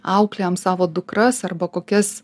auklėjam savo dukras arba kokias